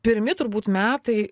pirmi turbūt metai